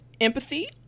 empathy